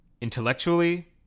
Intellectually